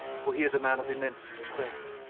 for he is a man of immense strength,